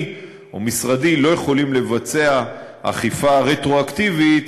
אני או משרדי לא יכולים לבצע אכיפה רטרואקטיבית